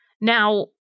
Now